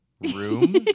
room